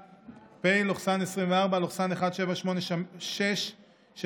פ/1786/24,